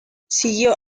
siguió